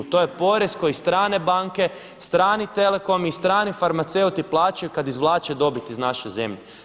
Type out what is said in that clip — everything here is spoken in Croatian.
To je porez koji strane banke, strani telecom i strani farmaceuti plaćaju kada izvlače dobit iz naše zemlje.